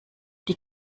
die